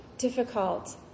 Difficult